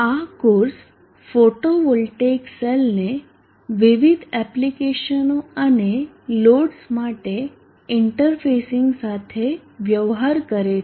આ course photovoltaic સેલને વિવિધ એપ્લિકેશનો અને લોડ્સ માટે ઇન્ટરફેસિંગ સાથે વ્યવહાર કરે છે